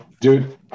dude